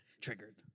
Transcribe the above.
Triggered